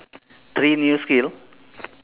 three new skill